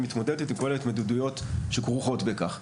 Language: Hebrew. מתמודדת עם כל ההתמודדויות שכרוכות בכך.